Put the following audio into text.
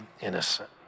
innocent